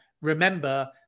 remember